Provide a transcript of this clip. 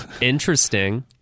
interesting